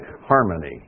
harmony